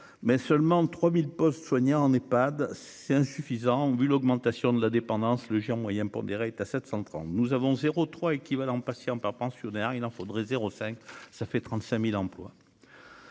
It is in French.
mais seulement de 3000 postes de soignants en EPHAD c'est insuffisant au vu l'augmentation de la dépendance, le géant moyen pondéré est à 730 nous avons zéro 3 équivalent patients par pensionnaire, il en faudrait 05 ça fait 35000 emplois.